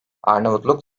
arnavutluk